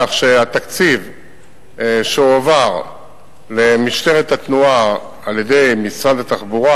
כך שהתקציב שהועבר למשטרת התנועה על-ידי משרד התחבורה